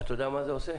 אתה יודע מה זה עושה?